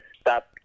stop